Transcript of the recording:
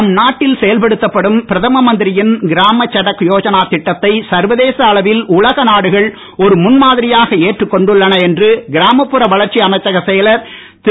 நம் நாட்டில் செயலபடுத்தப்படும் பிரதம மந்திரியின் கிராம சடக் யோஜனா திட்டத்தை சர்வதேச அளவில் உலக நாடுகள் ஒரு முன் மாதிரியாக ஏற்றுக் கொண்டுள்ளது என்று கிராமப்புற வளர்ச்சி அமைச்சக செயலர் திரு